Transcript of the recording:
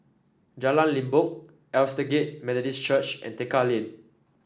Jalan Limbok Aldersgate Methodist Church and Tekka Lane